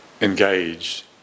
engage